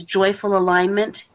joyfulalignment